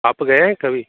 आप गए हैं कभी